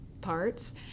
parts